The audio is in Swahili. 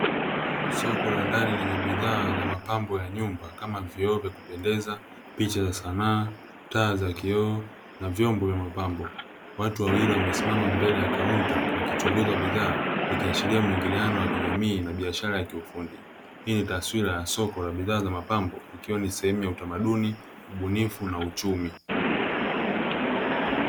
Soko la ndani lenye bidhaa za mapambo ya nyumba kama vioo vya kupendeza, picha za sanaa, taa za kioo na vyombo vya mapambo. Watu wwili wamesimama mbele ya kaunta wakkichunguza bidhaa, ikiashiria muingiliano wa kijamii na biashara ya kiufundi. Hii ni taswira ya soko la bidhaa za mapambo ikiwa ni sehemu ya utamaduni, ubunifu na uchumi.